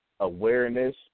awareness